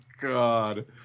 God